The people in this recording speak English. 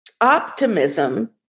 optimism